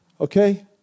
Okay